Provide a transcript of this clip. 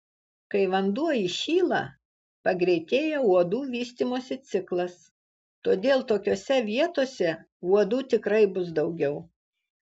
kai vanduo įšyla pagreitėja uodų vystymosi ciklas todėl tokiose vietose uodų tikrai bus daugiau